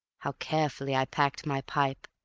how carefully i packed my pipe,